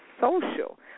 social